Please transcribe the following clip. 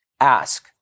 Ask